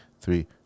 Three